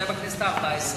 זה היה בכנסת הארבע-עשרה,